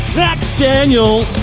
next! daniel!